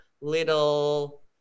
little